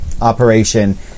operation